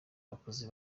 abakozi